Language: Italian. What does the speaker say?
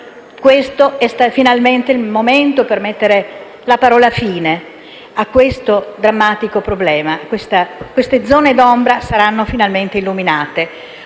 Questo è finalmente il momento di mettere la parola fine a un drammatico problema, e le zone d'ombra saranno finalmente illuminate.